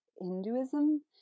Hinduism